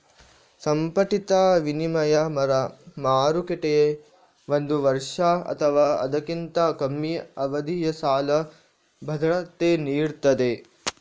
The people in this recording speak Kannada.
ಸಂಘಟಿತ ವಿನಿಮಯ ಮಾರುಕಟ್ಟೆ ಒಂದು ವರ್ಷ ಅಥವಾ ಅದಕ್ಕಿಂತ ಕಮ್ಮಿ ಅವಧಿಯ ಸಾಲ ಭದ್ರತೆ ನೀಡ್ತದೆ